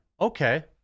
Okay